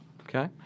Okay